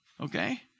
Okay